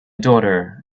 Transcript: daughter